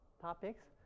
Topics